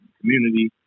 community